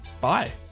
Bye